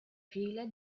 file